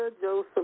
Joseph